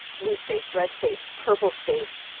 blue states, red states, purple states,